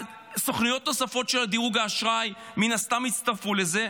והסוכנויות הנוספות של דירוג האשראי מן הסתם יצטרפו לזה,